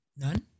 None